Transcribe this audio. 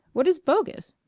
what is bogus?